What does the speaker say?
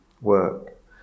work